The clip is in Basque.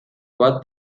bat